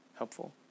helpful